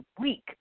week